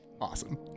Awesome